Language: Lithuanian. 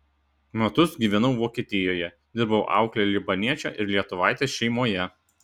metus gyvenau vokietijoje dirbau aukle libaniečio ir lietuvaitės šeimoje